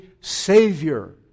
Savior